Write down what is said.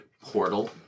portal